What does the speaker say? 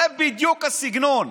זה בדיוק הסגנון.